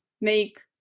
make